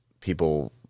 People